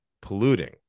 polluting